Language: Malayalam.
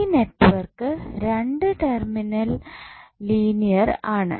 ഈ നെറ്റ്വർക്ക് 2 ടെർമിനൽ ലീനിയർ ആണ്